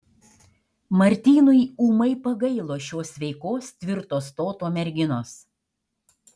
martynui ūmai pagailo šios sveikos tvirto stoto merginos